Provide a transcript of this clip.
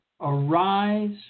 arise